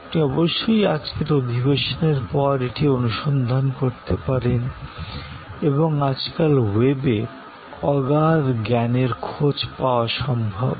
আপনি অবশ্যই আজকের অধিবেশনের পর এটি অনুসন্ধান করতে পারেন এবং আজকাল ওয়েবে অগাধ জ্ঞানের খোঁজ পাওয়া সম্ভব